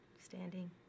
standing